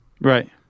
Right